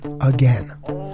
again